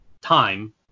time